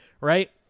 right